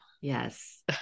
yes